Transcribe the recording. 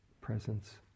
presence